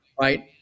Right